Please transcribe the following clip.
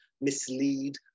mislead